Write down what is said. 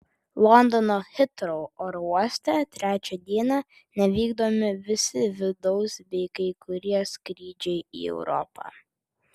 londono hitrou oro uoste trečią dieną nevykdomi visi vidaus bei kai kurie skrydžiai į europą